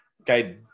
Okay